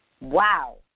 wow